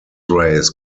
rays